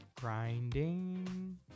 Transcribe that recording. Grinding